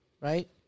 Right